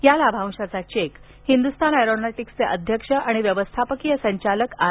या लाभांशाचा चेक हिंदु्स्तान एरॉनॉटिक्सचे अध्यक्ष आणि व्यवस्थापकीय संचालक आर